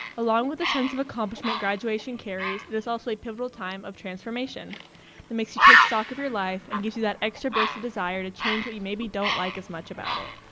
along with the sense of accomplishment graduation carries, it is also a pivotal time of transformation that makes you take stock of your life and gives you that extra burst of desire to change what you maybe don't like as much about it.